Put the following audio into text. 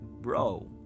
Bro